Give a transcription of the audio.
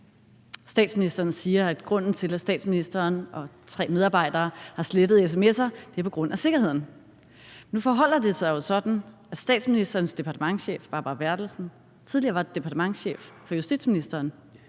Statsministeren siger, at grunden til, at statsministeren og tre medarbejdere har slettet sms'er, ligger i sikkerheden. Nu forholder det sig jo sådan, at statsministerens departementschef, Barbara Bertelsen, tidligere var departementschef for justitsministeren.